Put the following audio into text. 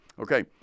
Okay